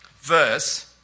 verse